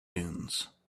dunes